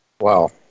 Wow